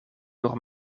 nur